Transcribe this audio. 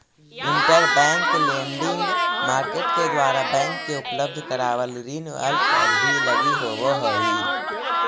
interbank lending market के द्वारा bank के उपलब्ध करावल ऋण अल्प अवधि लगी होवऽ हइ